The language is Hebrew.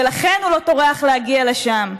ולכן הוא לא טורח להגיע לשם.